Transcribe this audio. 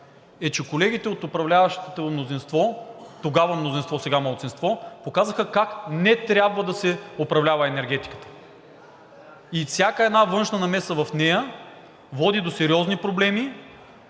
е, че колегите от управляващото мнозинство, тогава мнозинство – сега малцинство, показаха как не трябва да се управлява енергетиката и всяка една външна намеса в нея води до сериозни проблеми,